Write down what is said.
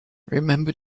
remember